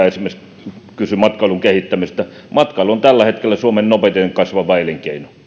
esimerkiksi mäkipää kysyi matkailun kehittämisestä matkailu on tällä hetkellä suomen nopeiten kasvava elinkeino